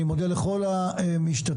אני מודה לכל המשתתפים.